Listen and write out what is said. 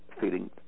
feeling